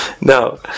No